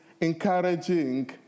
encouraging